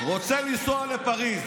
רוצה לנסוע לפריז,